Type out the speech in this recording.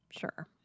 Sure